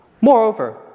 Moreover